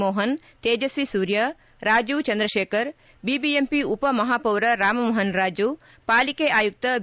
ಮೋಪನ್ Tejasvi Surya Rajeev Chandrasekhar BBMP ಉಪ ಮಹಾಪೌರ ರಾಮ ಮೋಪನ ರಾಜು ಪಾಲಿಕೆ ಆಯುಕ್ತ ಬಿ